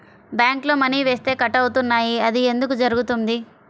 బ్యాంక్లో మని వేస్తే కట్ అవుతున్నాయి అది ఎందుకు జరుగుతోంది?